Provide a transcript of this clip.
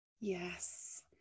Yes